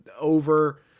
over